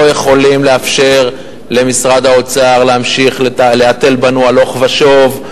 לא יכולים לאפשר למשרד האוצר להמשיך ולהתל בנו הלוך ושוב,